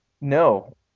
no